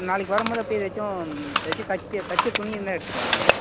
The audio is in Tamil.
நாளைக்கு வரும் போது அப்டி ஏதாச்சும் ஏதாச்சும் தைச்ச தைச்ச துணி இருந்தால் எடுத்துகிட்டு வாங்க